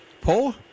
Paul